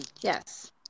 Yes